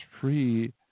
free